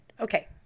Okay